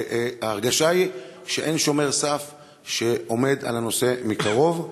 ההרגשה היא שאין שומר סף שעומד על הנושא מקרוב,